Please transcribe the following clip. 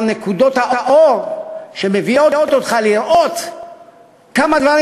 מנקודות האור שמביאות אותך לראות כמה דברים,